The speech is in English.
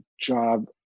job